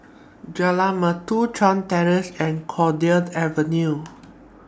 Jalan Merdu Chuan Terrace and Cowdray Avenue